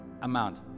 amount